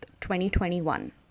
2021